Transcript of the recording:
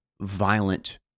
violent